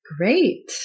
Great